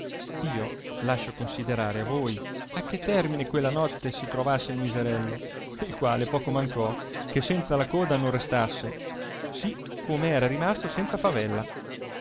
io lascio considerare a voi a che termine quella notte si ritrovasse il miserello il quale poco mancò che senza la coda non restasse sì come era rimasto senza favella